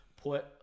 put